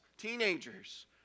Teenagers